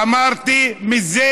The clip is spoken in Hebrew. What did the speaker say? אמרתי, מזה